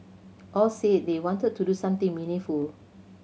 all said they wanted to do something meaningful